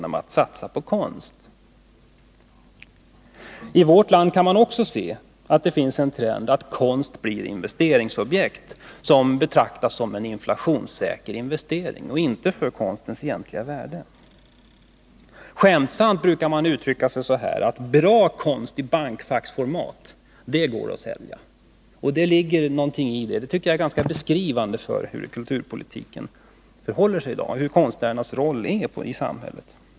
Också i vårt land har vi trenden att konst blir investeringsobjekt, att konst betraktas som en inflationssäker investering och inte köps för sitt egentliga värde. Man brukar skämtsamt uttrycka det så, att bra konst i bankfacksformat är något som går att sälja. Det ligger mycket i detta. Jag tycker att det beskriver ganska bra dagens kulturpolitik och konstnärernas roll i samhället.